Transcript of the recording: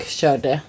körde